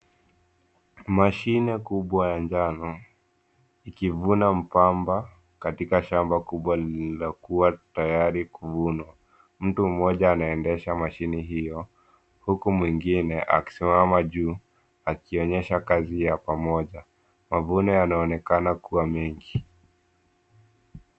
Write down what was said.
Mashine kubwa ya njano ikivuna mpamba katika shamba kubwa lililokuwa tayari kuvunwa. Mtu mmoja anaendesha mashine hiyo huku mwengine akisimama juu akionyesha kazi ya pamoja. Mavuno yanaonekana kuwa mengi.